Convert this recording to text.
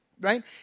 right